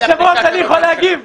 היושב-ראש, אני יכול להגיב.